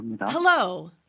Hello